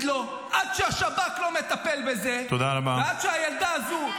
להם: עד שהשב"כ לא מטפל בזה ועד שהילדה הזו --- תודה רבה.